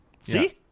See